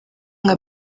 nka